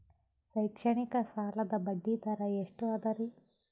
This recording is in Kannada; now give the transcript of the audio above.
ಶೈಕ್ಷಣಿಕ ಸಾಲದ ಬಡ್ಡಿ ದರ ಎಷ್ಟು ಅದರಿ?